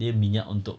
dia minyak untuk